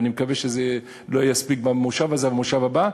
וזה לא יספיק להיות במושב הזה אבל במושב הבא,